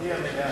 בהסכמתי המלאה.